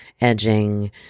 edging